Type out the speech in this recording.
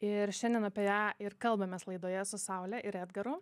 ir šiandien apie ją ir kalbamės laidoje su saule ir edgaru